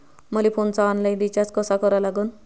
मले फोनचा online recharge कसा करा लागन?